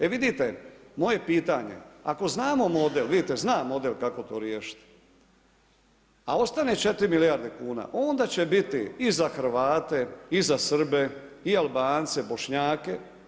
E vidite, moje pitanje, ako znamo model, vidite znam model kako to riješiti, a ostane 4 milijarde kuna, onda će biti i za Hrvate i za Srbe i za Albance, Bošnjake.